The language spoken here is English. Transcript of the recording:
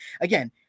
again